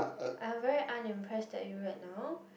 I am very unimpressed at you right now